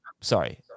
sorry